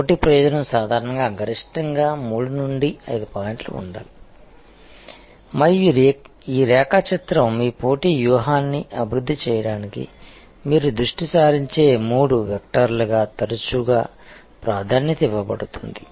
పోటీ ప్రయోజనం సాధారణంగా గరిష్టంగా మూడు నుండి ఐదు పాయింట్లు ఉండాలి మరియు ఈ రేఖాచిత్రం మీ పోటీ వ్యూహాన్ని అభివృద్ధి చేయడానికి మీరు దృష్టి సారించే మూడు వెక్టర్లుగా తరచుగా ప్రాధాన్యత ఇవ్వబడుతుంది